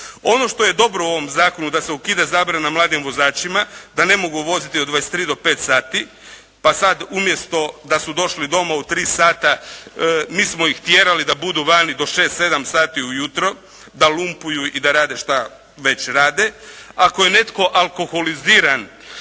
Ono što je dobro u ovom zakonu da se ukida zabrana mladim vozačima da ne mogu voziti od 23 do 5 sati, pa sad umjesto da su došli doma u tri sata mi smo ih tjerali da budu vani do 6, 7 sati ujutro da lumpuju i da rade šta već rade. Ako je netko alkoholiziran